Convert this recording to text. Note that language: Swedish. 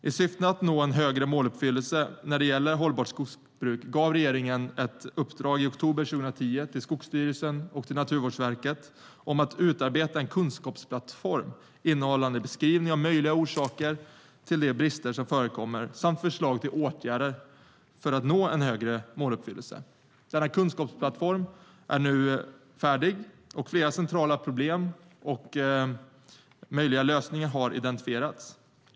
I syfte att nå en högre måluppfyllelse när det gäller hållbart skogsbruk gav regeringen i oktober 2010 ett uppdrag till Skogsstyrelsen och Naturvårdsverket att utarbeta en kunskapsplattform innehållande beskrivningar av möjliga orsaker till de brister som förekommer samt förslag till åtgärder för att nå en högre måluppfyllelse. Denna kunskapsplattform är nu färdig, och flera centrala problem och möjliga lösningar har identifierats.